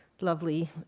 lovely